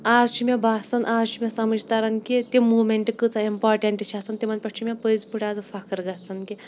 اَز چھُ مےٚ باسان اَز چھُ مےٚ سَمٕجھ تَران کہِ تِم موٗمٮ۪نٛٹ کۭژاہ اِمپاٹَنٛٹ چھےٚ آسان تِمَن پٮ۪ٹھ چھُ مےٚ پٔزۍ پٲٹھۍ اَزٕ فخٕر گژھان کہِ